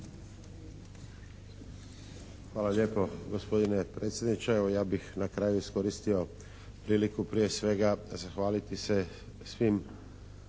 Hvala lijepo gospodine predsjedniče. Evo ja bih na kraju iskoristio priliku prije svega zahvaliti se svim